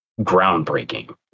groundbreaking